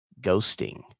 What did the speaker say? ghosting